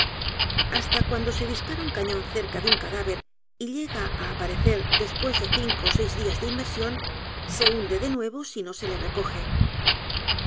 hasta cuando se dispara u n cañón cerca de un cadáver y llega á sobrenadar después de cinco ó seis días de inmersión se h u n d e de nuevo si no se le recoge